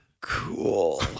Cool